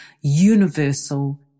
universal